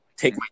take